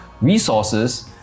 resources